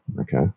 Okay